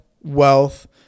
wealth